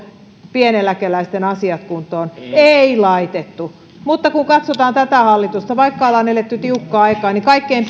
pieneläkeläisten asiat kuntoon ei laitettu mutta katsotaan tätä hallitusta vaikka ollaan eletty tiukkaa aikaa niin kaikkein